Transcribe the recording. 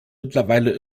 mittlerweile